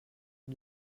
ces